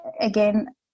again